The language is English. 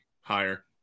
higher